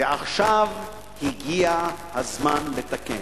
ועכשיו הגיע הזמן לתקן.